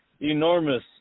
Enormous